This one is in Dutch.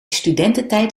studententijd